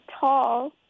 tall